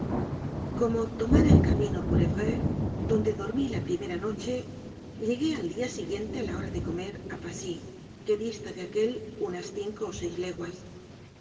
como tomara el camino por evreux donde dormí la primera noche llegué al día si guiente a la hora de comer a passy que dista de aquél unas cinco o seis leguas